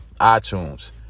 iTunes